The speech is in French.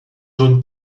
john